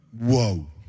whoa